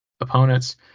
opponents